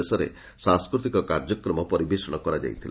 ଶେଷରେ ସାଂସ୍କୃତିକ କାର୍ଯ୍ୟକ୍ରମ ପରିବେଷଣା କରାଯାଇଥିଲା